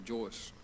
Joyce